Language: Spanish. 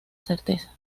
certeza